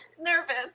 nervous